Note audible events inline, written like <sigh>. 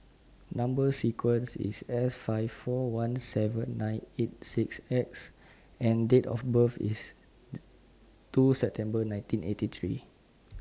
Number sequence IS S five four one seven nine eight six X and Date of birth IS <noise> two September nineteen eighty three